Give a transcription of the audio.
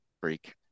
Freak